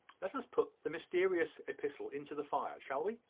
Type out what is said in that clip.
let us put the mysterious epistle into the fire shall we?